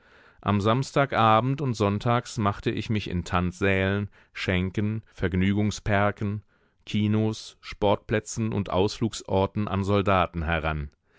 am samstag abend und sonntags machte ich mich in tanzsälen schänken vergnügungspärken kinos sportplätzen und ausflugsorten an soldaten heran